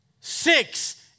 Six